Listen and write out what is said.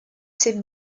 ses